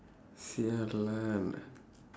!siala!